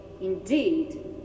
Indeed